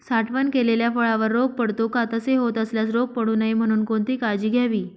साठवण केलेल्या फळावर रोग पडतो का? तसे होत असल्यास रोग पडू नये म्हणून कोणती काळजी घ्यावी?